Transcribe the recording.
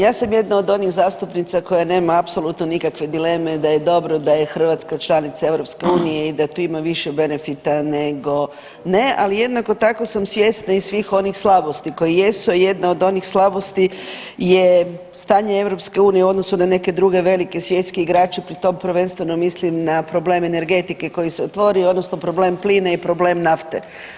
Ja sam jedna od onih zastupnica koje nema apsolutno nikakve dileme da je dobro da je Hrvatska članica EU i da tu ima više benefita nego ne, ali jednako tako sam svjesna i svih onih slabosti koje jesu, a jedna od onih slabosti je stanje EU u odnosu na neke druge velike svjetske igrače, pri tom prvenstveno mislim na problem energetike koji se otvorio, odnosno problem plina i problem nafte.